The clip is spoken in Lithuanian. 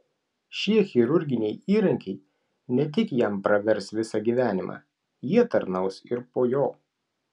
šie chirurginiai įrankiai ne tik jam pravers visą gyvenimą jie tarnaus ir po jo